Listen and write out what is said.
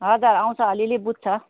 हजुर आउँँछ अलिअलि बुझ्छ